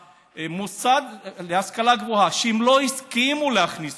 המוסד להשכלה גבוהה, הם לא הסכימו להכניס